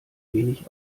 wenig